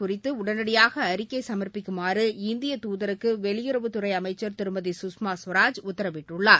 குறித்து உடனடியாக அறிக்கை சமர்ப்பிக்குமாறு இந்தியத் துதருக்கு வெளியுறவுத்துறை அமைச்சர் திருமதி சுஷ்மா ஸ்வராஜ் உத்தரவிட்டுள்ளார்